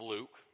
Luke